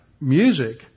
music